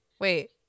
wait